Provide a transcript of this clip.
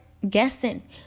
guessing